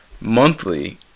monthly